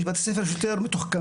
יש בתי ספר יותר מתוחכמים,